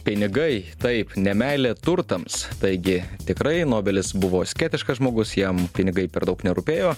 pinigai taip ne meilė turtams taigi tikrai nobelis buvo asketiškas žmogus jam pinigai per daug nerūpėjo